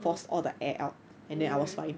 oh oh okay